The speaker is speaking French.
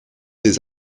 des